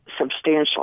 substantial